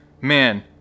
man